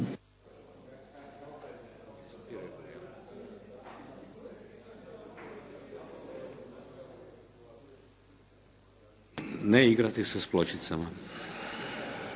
Ne igrati se s pločicama!